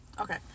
okay